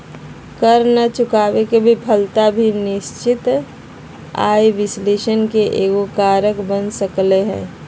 कर न चुकावे के विफलता भी निश्चित आय विश्लेषण के एगो कारण बन सकलई ह